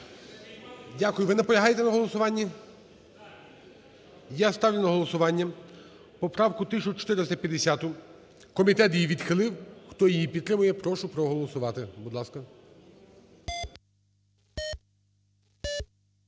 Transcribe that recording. Дякую. Ви наполягаєте на голосуванні? Я ставлю на голосування поправку 1450-у. Комітет її відхилив. Хто її підтримує, прошу проголосувати.